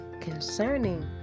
concerning